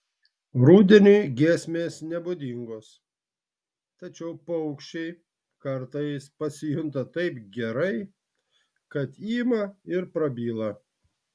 rudeniui giesmės nebūdingos tačiau paukščiai kartais pasijunta taip gerai kad ima ir prabyla